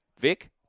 Vic